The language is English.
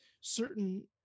certain